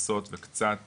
לנסות וקצת